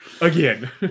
Again